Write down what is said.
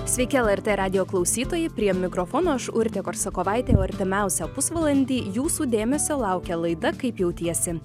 sveiki lrt radijo klausytojai prie mikrofono aš urtė korsakovaitė o artimiausią pusvalandį jūsų dėmesio laukia laida kaip jautiesi